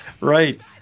right